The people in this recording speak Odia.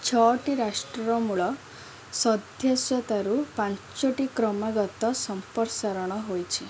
ଛଅଟି ରାଷ୍ଟ୍ରର ମୂଳ ସଦସ୍ୟତାରୁ ପାଞ୍ଚଟି କ୍ରମାଗତ ସମ୍ପ୍ରସାରଣ ହୋଇଛି